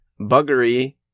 buggery